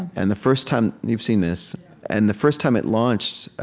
and the first time you've seen this. and the first time it launched,